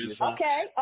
Okay